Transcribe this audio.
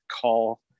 call